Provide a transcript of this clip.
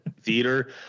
theater